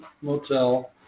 motel